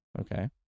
Okay